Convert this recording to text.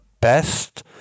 best